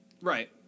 Right